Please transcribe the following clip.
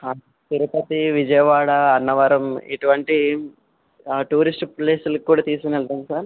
తిరుపతి విజయవాడ అన్నవరం ఇటువంటి టూరిస్ట్ ప్లేస్లకి కూడా తీసుకునెళ్తాము సార్